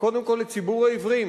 קודם כול לציבור העיוורים,